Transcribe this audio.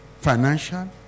financial